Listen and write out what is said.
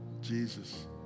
Jesus